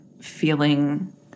feeling